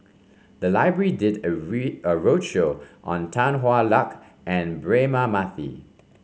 the library did a a roadshow on Tan Hwa Luck and Braema Mathi